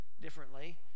differently